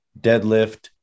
deadlift